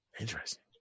interesting